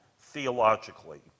theologically